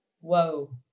Whoa